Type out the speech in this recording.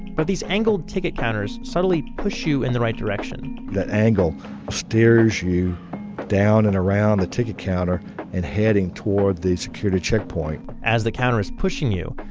but these angled ticket counters suddenly push you in the right direction that angle steers you down and around the ticket counter and heading toward the security checkpoint as the counter is pushing you,